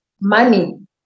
money